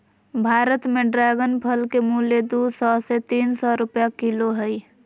भारत में ड्रेगन फल के मूल्य दू सौ से तीन सौ रुपया किलो हइ